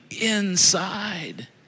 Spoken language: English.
inside